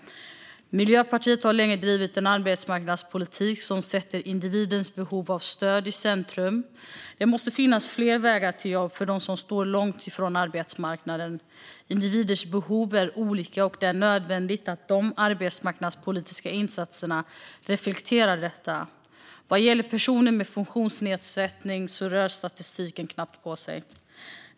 Miljöpartiet har länge drivit en arbetsmarknadspolitik som sätter individens behov av stöd i centrum. Det måste finnas fler vägar till jobb för dem som står långt ifrån arbetsmarknaden. Individers behov är olika, och det är nödvändigt att de arbetsmarknadspolitiska insatserna reflekterar detta. Vad gäller personer med funktionsnedsättning rör statistiken knappt på sig.